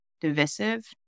divisive